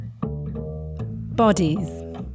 Bodies